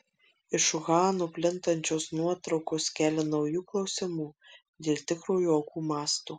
iš uhano plintančios nuotraukos kelia naujų klausimų dėl tikrojo aukų masto